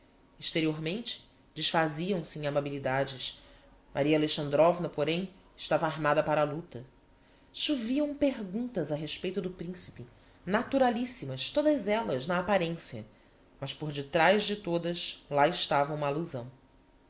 exteriormente desfaziam se em amabilidades maria alexandrovna porém estava armada para a lucta choviam perguntas a respeito do principe naturalissimas todas ellas na apparencia mas por detrás de todas lá estava uma allusão